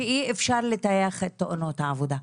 שאי אפשר לטייח את תאונות העבודה,